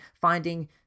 finding